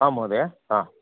आम् महोदया हा